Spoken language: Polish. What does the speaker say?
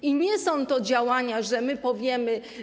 I nie są to działania, że my powiemy.